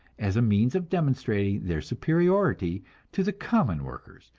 as a means of demonstrating their superiority to the common workers,